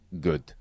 good